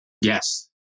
Yes